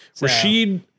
Rashid